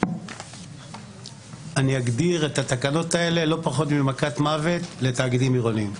שאני אגדיר את התקנות האלה לא פחות ממכת מוות לתאגידים העירוניים.